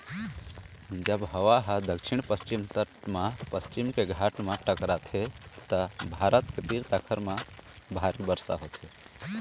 हवा ह जब दक्छिन पस्चिम तट म पश्चिम के घाट म टकराथे त भारत के तीर तखार म भारी बरसा होथे